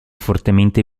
fortemente